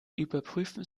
überprüfen